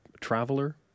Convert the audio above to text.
traveler